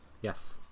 yes